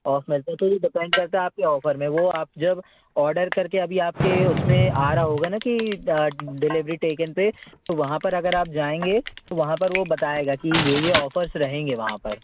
of मिलता है तो ये डिपेंड कराता है आपके ऑफ़र में वो आप जब ऑडर करके अभी आपके उसमें आ रहा होगा न कि डिलीवरी टेकेन पर तो वहाँ पर अगर आप जाएंगे तो वहाँ पर वो बताएगा कि यह यह ऑफ़र्स रहेंगे वहाँ पर